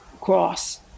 cross